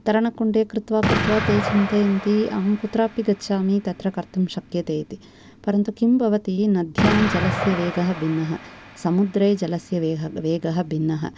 तरणकुण्डे कृत्वा कृत्वा ते चिन्तयन्ति अहं कुत्रापि गच्छामि तत्र कर्तुं शक्यते इति परन्तु किं भवति नद्यां जलस्य वेगः भिन्नः समुद्रे जलस्य वेह वेगः भिन्नः